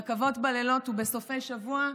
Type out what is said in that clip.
רכבות בלילות ובסופי שבוע,